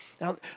Now